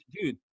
dude